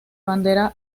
bandera